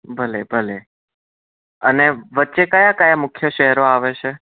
ભલે ભલે અને વચ્ચે કયા કયા મુખ્ય શહેરો આવે છે